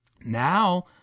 Now